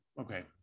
okay